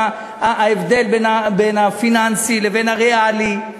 ההבדל בין הפיננסי לבין הריאלי,